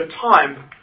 time